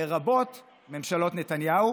לרבות ממשלות נתניהו,